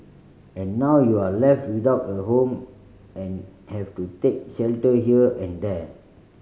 and now you're left without a home and have to take shelter here and there